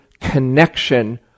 connection